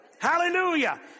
Hallelujah